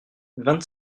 vingt